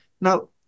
Now